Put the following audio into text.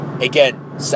Again